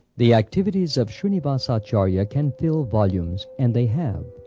the activities of shrinivas ah acharya can fill volumes, and they have,